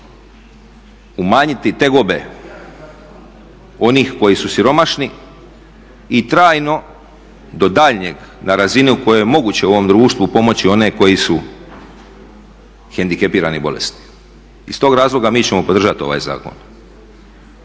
umanjiti tegobe onih koji su siromašni i trajno do daljnjeg na razini u kojoj je moguće u ovom društvu pomoći one koji su hendikepirani i bolesni. Iz tog razloga mi ćemo podržati ovaj zakon.